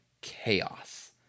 chaos